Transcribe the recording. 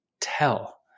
tell